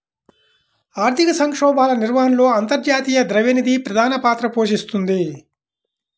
ఆర్థిక సంక్షోభాల నిర్వహణలో అంతర్జాతీయ ద్రవ్య నిధి ప్రధాన పాత్ర పోషిస్తోంది